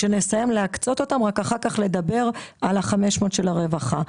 וכשיסיימו להקצות אותם רק אחר כך ידברו על ה-500 של הרווחה.